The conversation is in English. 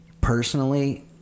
Personally